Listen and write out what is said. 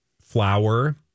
flour